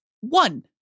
one